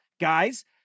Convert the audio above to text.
guys